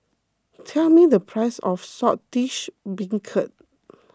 tell me the price of Saltish Beancurd